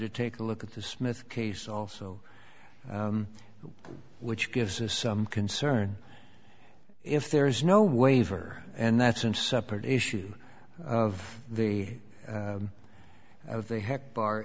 to take a look at the smith case also which gives us some concern if there is no waiver and that's an separate issue of the of the heck bar